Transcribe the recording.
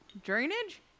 Drainage